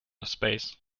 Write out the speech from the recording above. space